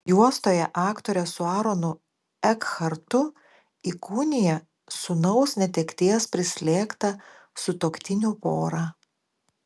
juostoje aktorė su aronu ekhartu įkūnija sūnaus netekties prislėgtą sutuoktinių porą